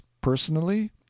personally